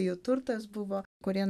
jų turtas buvo kurie